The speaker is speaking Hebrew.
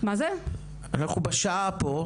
שעה,